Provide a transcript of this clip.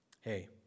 Hey